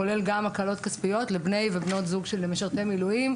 כולל גם הקלות כספיות לבני ובנות זוג של משרתי מילואים,